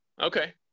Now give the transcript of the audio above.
Okay